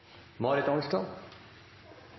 Marit Arnstad